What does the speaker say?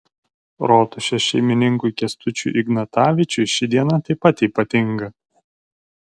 rotušės šeimininkui kęstučiui ignatavičiui ši diena taip pat ypatinga